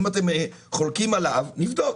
אם אתם חולקים עליו נבדוק.